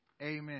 Amen